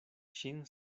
ŝin